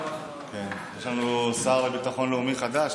סימון דוידסון (יש עתיד): יש לנו שר לביטחון לאומי חדש,